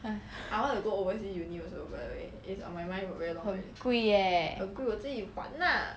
!hais! 很贵 eh